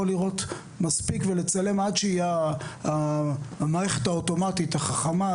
יכול לראות מספיק ולצלם עד שהמערכת האוטומטית החכמה,